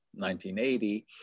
1980